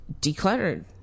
decluttered